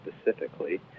specifically